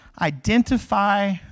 Identify